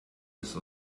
des